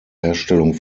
herstellung